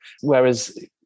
whereas